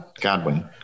Godwin